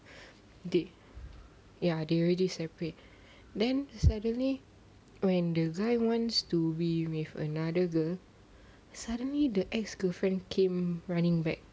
they ya they already separate then suddenly when the guy wants to be with another girl suddenly the ex girlfriend came running back